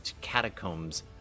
catacombs